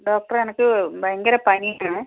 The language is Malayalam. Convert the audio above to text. ഡോക്ടറെ എനിക്ക് ഭയങ്കര പനിയാണ്